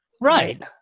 Right